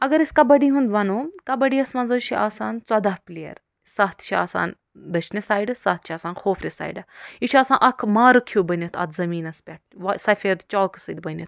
اگر أسۍ کبڈی ہُنٛد وَنو کبڈِیَس منٛز حَظ چھُ آسان ژۄداہ پٕلیر سَتھ چھِ آسان دٔچھنہِ سایڈٕ سَتھ چھِ آسان کھوفرِ سایڈٕ یہِ چھُ آسان اکھ مارٕک ہیوٗ بٔنِتھ اتھ زمیٖنس پیٹھ سفید چاکہٕ سۭتۍ بٔنِتھ